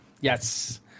Yes